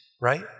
right